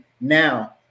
now